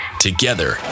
Together